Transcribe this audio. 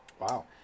Wow